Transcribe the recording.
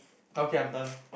okay I'm done